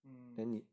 mm